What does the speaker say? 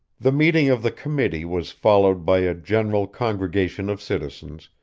the meeting of the committee was followed by a general congregation of citizens,